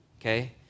Okay